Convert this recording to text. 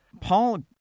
Paul